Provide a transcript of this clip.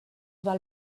val